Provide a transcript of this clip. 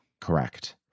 Correct